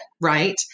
right